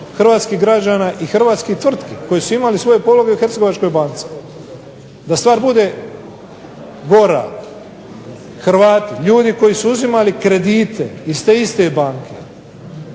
hrvatskih građana i hrvatskih tvrtki koji su imali svoje pologe u Hercegovačku banku. Da stvar bude gora, Hrvati ljudi koji su uzimali kredite iz te iste banke